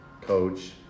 coach